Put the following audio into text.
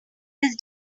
his